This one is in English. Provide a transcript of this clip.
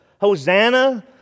Hosanna